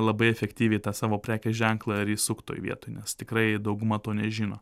labai efektyviai tą savo prekės ženklą ir įsukt toj vietoj nes tikrai dauguma to nežino